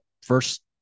First